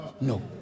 No